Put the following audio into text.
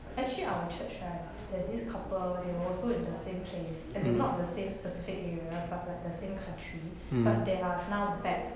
actually our church right there's this couple they were also in the same place as in not the same specific area but like the same country but they are now back